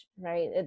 Right